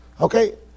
Okay